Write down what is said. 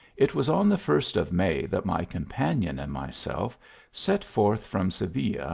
it was on the first of may that my companion and myself set forth from seville,